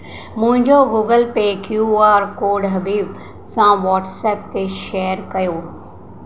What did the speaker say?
मुंहिंजो Google Pay Q R code Habib सां WhatsApp ते शेयर कयो